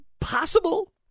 possible